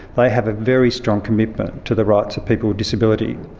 they have a very strong commitment to the rights of people with disability.